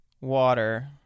water